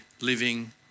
living